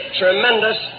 tremendous